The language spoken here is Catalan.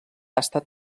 estat